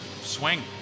swing